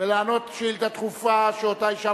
ולענות על שאילתא דחופה שאותה ישאל